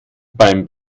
beim